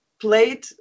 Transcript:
played